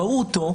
ראו אותו,